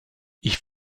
ich